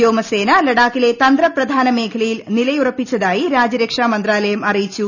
വ്യോമസേന ലഡാക്കിലെ തന്ത്ര പ്രധാന മേഖലയിൽ നിലയുറപ്പിച്ചതായി രാജ്യരക്ഷാ മന്ത്രാലയം അറിയിച്ചു